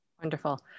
Wonderful